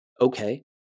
Okay